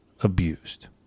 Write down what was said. abused